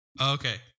Okay